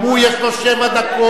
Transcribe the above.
גם לו יש שבע דקות.